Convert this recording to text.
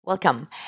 Welcome